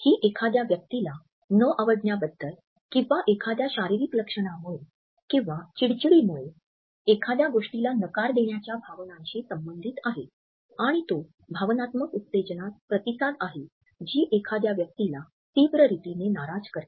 ही एखाद्या व्यक्तीला न आवडण्याबद्दल किंवा एखाद्या शारीरिक लक्षणामुळे किंवा चिडचिडीमुळे एखाद्या गोष्टीला नकार देण्याच्या भावनांशी संबंधित आहे आणि तो भावनात्मक उत्तेजनास प्रतिसाद आहे जी एखाद्या व्यक्तीला तीव्र रीतीने नाराज करते